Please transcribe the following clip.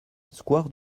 square